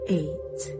eight